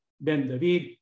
Ben-David